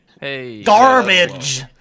Garbage